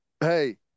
hey